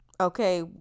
Okay